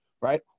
right